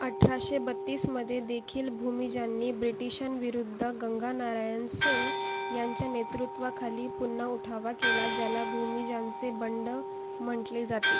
अठराशे बत्तीसमध्ये देखील भूमिजांनी ब्रिटिशांविरुद्ध गंगानारायन सिंग यांच्या नेतृत्वाखाली पुन्हा उठाव केला ज्याला भूमिजांचे बंड म्हटले जाते